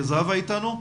זהבה איתנו?